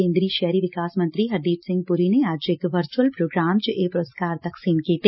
ਕੇਂਦਰੀ ਸ਼ਹਿਰੀ ਵਿਕਾਸ ਮੰਤਰੀ ਹਰਦੀਪ ਸਿੰਘ ਪੁਰੀ ਨੇ ਅੱਜ ਇਕ ਵਰਚੁਅਲ ਪ੍ਰੋਗਰਾਮ ਚ ਇਹ ਪੁਰਸਕਾਰ ਤਕਸੀਮ ਕੀਤੇ